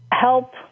help